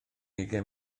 ugain